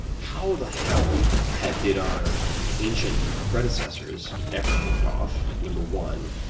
how the hell hell did our you know ancient predecessors ever pull it off, number one?